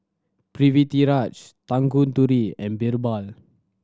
Pritiviraj Tanguturi and Birbal